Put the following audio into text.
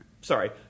sorry